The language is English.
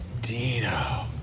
Dino